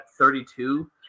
32